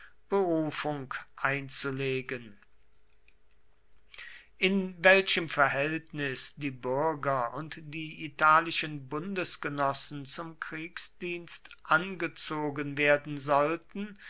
berufung einzulegen in welchem verhältnis die bürger und die italischen bundesgenossen zum kriegsdienst angezogen werden sollten